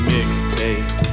Mixtape